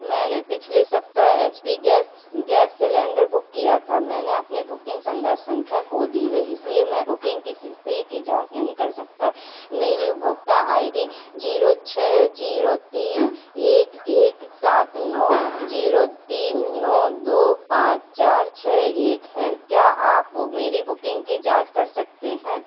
मैंने पिछले सप्ताह H P gas gas cylinder book किया था मैंने अपनी बुकिंग संदर्भ संख्या खो दी है इसलिए मैं बुकिंग की स्थिति की जाँच नहीं कर सकता मेरी उपभोक्ता आई डी जीरो छः जीरो तीन एक एक सात नौ जीरो तीन नौ दो पाँच चार छः एक है क्या आप मेरी बुकिंग की जाँच कर सकते हैं